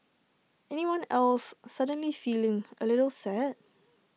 anyone else suddenly feeling A little sad